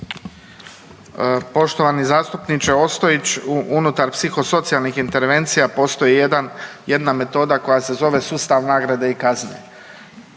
Poštovani zastupniče Ostojić, unutar psihosocijalnih intervencija postoji jedan, jedna metoda koja se zove sustav nagrade i kazne.